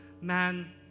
man